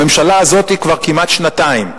הממשלה הזאת כבר כמעט שנתיים.